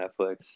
Netflix